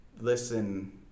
listen